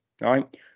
right